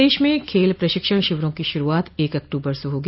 प्रदेश में खेल प्रशिक्षण शिविरों की शुरुआत एक अक्टूबर से होगी